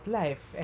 life